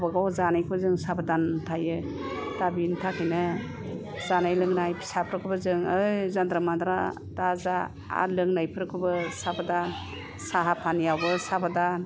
गावबा जानायखौ जों साबोदान थायो दा बेनि थाखायनो जानाय लोंनाय फिसाफोरखौबो जों ओइ जानद्रा मानद्रा दाजा आरो लोंनायफोरखौबो साबोदान साहा फानियाबो साबोदान